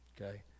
okay